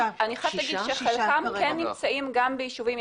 אני חייבת להגיד שחלקם כן נמצאים גם ביישובים ערביים